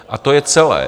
A to je celé.